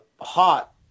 hot